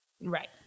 Right